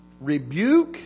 rebuke